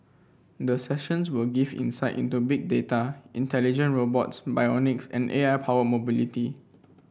the sessions will give insight into Big Data intelligent robots bionics and A I powered mobility